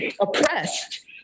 oppressed